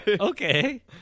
Okay